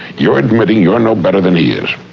you're admitting you're no better than he is.